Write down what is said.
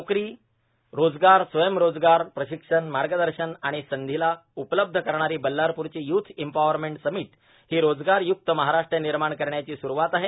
नोकरीरोजगार स्वयंरोजगार प्रांशक्षण मागदशन आणि संधीला उपलब्ध करणारी बल्लारपूरची युथ एम्पॉवरमट समीट हों रोजगार युक्त महाराष्ट्र र्गनमाण करण्याची सुरुवात आहे